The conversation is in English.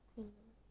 hmm